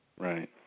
right